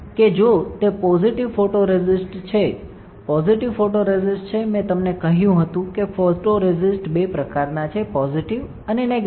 કે જો તે પોઝિટિવ ફોટોરેસિસ્ટ છે પોઝિટિવ ફોટોરેસિસ્ટ છે મેં તમને કહ્યું હતું કે ફોટોરેસિસ્ટ બે પ્રકારનાં છે પોઝિટિવ અને નેગેટિવ